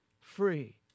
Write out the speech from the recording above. free